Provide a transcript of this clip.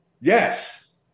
Yes